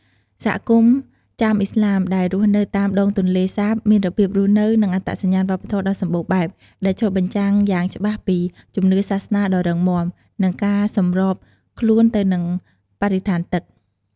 សហគមន៍ ចាមឥស្លាម ដែលរស់នៅតាមដងទន្លេសាបមានរបៀបរស់នៅ និងអត្តសញ្ញាណវប្បធម៌ដ៏សម្បូរបែប ដែលឆ្លុះបញ្ចាំងយ៉ាងច្បាស់ពី ជំនឿសាសនា ដ៏រឹងមាំ និង ការសម្របខ្លួនទៅនឹងបរិស្ថានទឹក។